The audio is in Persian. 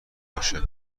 باشه